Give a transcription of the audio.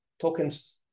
tokens